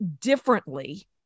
differently